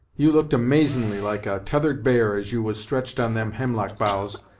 you look'd amazin'ly like a tethered bear, as you was stretched on them hemlock boughs,